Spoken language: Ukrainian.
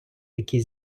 який